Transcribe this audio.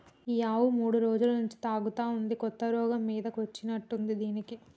ఈ ఆవు మూడు రోజుల నుంచి తూగుతా ఉంది కొత్త రోగం మీద వచ్చినట్టుంది దీనికి